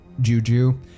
juju